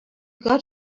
got